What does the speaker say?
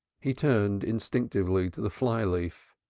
he turned instinctively to the fly-leaf.